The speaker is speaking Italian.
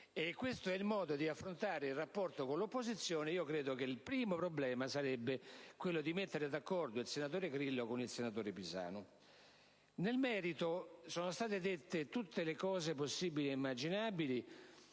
parlamentare e di affrontare il rapporto con l'opposizione, credo che il primo problema sia quello di mettere d'accordo il senatore Grillo con il senatore Pisanu. Nel merito sono state evidenziate tutte le cose possibili ed immaginabili;